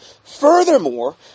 Furthermore